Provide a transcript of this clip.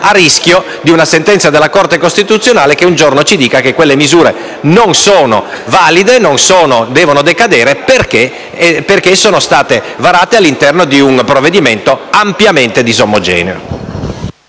al rischio di una sentenza della Corte costituzionale che un giorno ci dica che quelle misure non sono valide e devono decadere perché sono state varate all'interno di un provvedimento ampiamente disomogeneo.